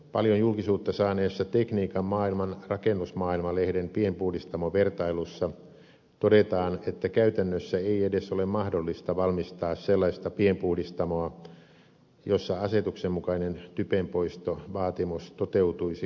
paljon julkisuutta saaneessa tekniikan maailman rakennusmaailma lehden pienpuhdistamovertailussa todetaan että käytännössä ei edes ole mahdollista valmistaa sellaista pienpuhdistamoa jossa asetuksen mukainen typenpoistovaatimus toteutuisi ympäri vuoden